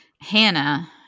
Hannah